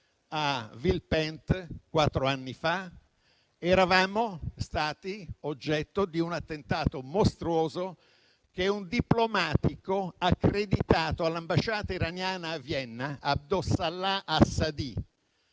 a Villepinte, quattro anni fa, penso che eravamo stati oggetto di un attentato mostruoso. Un diplomatico, accreditato all'ambasciata iraniana a Vienna, Assadollah Assadi,